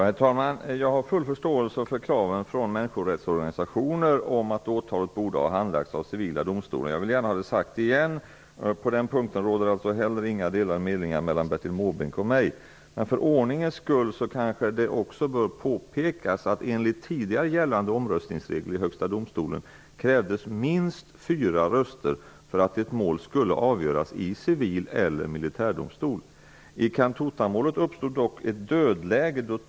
Herr talman! Jag har full förståelse för kraven från människorättsorganisationer vad gäller att åtalet borde ha handlagts av civila domstolar. På den punkten råder inga delade meningar mellan Bertil Måbrink och mig; jag vill gärna ha det sagt igen. Men det bör också påpekas att det enligt tidigare gällande omröstningsregler i Högsta domstolen krävdes minst fyra röster för att ett mål skulle avgöras i civil eller militär domstol. I Cantuta-målet uppstod dock ett dödläge.